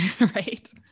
right